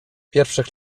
pierwszych